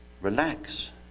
relax